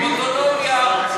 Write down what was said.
אוטונומיה.